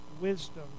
wisdom